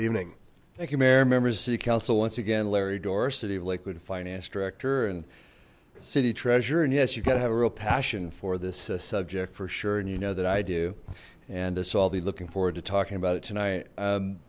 council once again larry dora city of liquid finance director and city treasurer and yes you've got to have a real passion for this subject for sure and you know that i do and i so i'll be looking forward to talking about it tonight